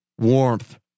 warmth